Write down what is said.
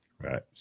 Right